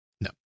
No